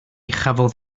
chafodd